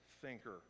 thinker